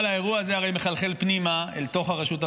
אבל האירוע הזה הרי מחלחל פנימה אל תוך הרשות המבצעת,